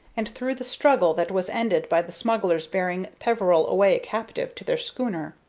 and through the struggle that was ended by the smugglers bearing peveril away captive to their schooner.